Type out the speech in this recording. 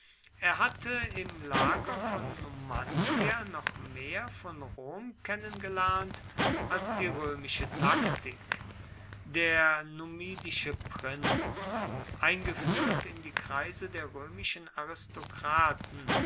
er hatte im lager von numantia noch mehr von rom kennengelernt als die römische taktik der numidische prinz eingeführt in die kreise der römischen aristokraten